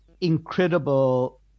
incredible